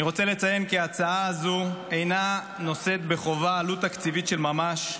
אני רוצה לציין כי ההצעה הזו אינה נושאת בחובה עלות תקציבית של ממש,